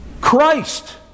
Christ